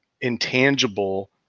intangible